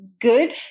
good